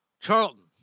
Charlton